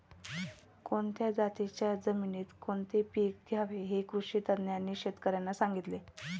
कोणत्या जातीच्या जमिनीत कोणते पीक घ्यावे हे कृषी तज्ज्ञांनी शेतकर्यांना सांगितले